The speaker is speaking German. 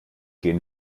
gehn